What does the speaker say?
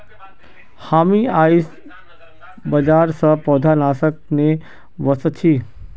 हामी आईझ बाजार स पौधनाशक ने व स छि